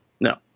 No